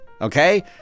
okay